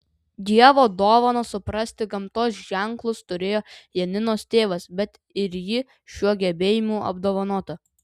dievo dovaną suprasti gamtos ženklus turėjo janinos tėvas bet ir ji šiuo gebėjimu apdovanota